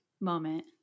moment